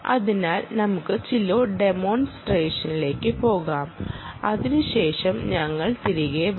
അതിനാൽ നമുക്ക് ചില ഡമോൺസ്ട്റേഷൻപോകാം അതിനുശേഷം ഞങ്ങൾ തിരികെ വരും